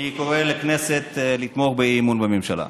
אני קורא לכנסת לתמוך באי-אמון בממשלה.